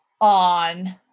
On